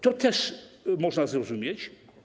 To też można zrozumieć.